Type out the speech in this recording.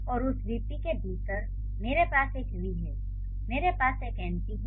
और उस वीपी के भीतर मेरे पास एक वी है और मेरे पास एक एनपी है